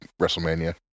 WrestleMania